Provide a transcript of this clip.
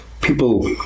people